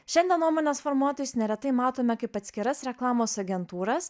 šiandien nuomonės formuotojus neretai matome kaip atskiras reklamos agentūras